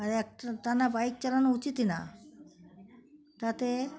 আর একটানা বাইক চালানো উচিত না তাতে